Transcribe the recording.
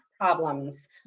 problems